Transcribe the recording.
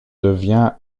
devient